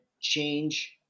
change